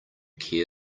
care